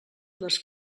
les